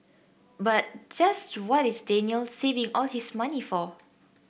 but just what is Daniel saving all his money for